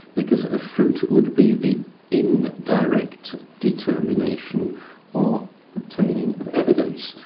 because a fruit would be the indirect determination or obtaining of evidence.